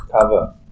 cover